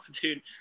dude